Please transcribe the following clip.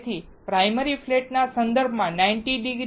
તેથી પ્રાયમરી ફ્લેટના સંદર્ભમાં 90 ડિગ્રી એ મારું p ટાઇપ 100 છે